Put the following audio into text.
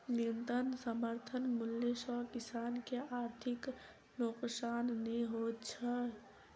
न्यूनतम समर्थन मूल्य सॅ किसान के आर्थिक नोकसान नै होइत छै